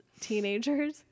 teenagers